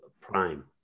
Prime